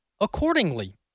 accordingly